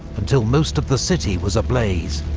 until most of the city was ablaze.